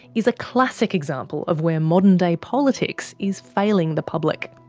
is a classic example of where modern day politics is failing the public.